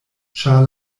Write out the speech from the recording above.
ĉar